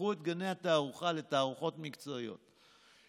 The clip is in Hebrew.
תפתחו את גני התערוכה לתערוכות מקצועיות,